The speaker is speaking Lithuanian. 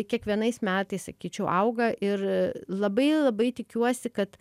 kiekvienais metais sakyčiau auga ir labai labai tikiuosi kad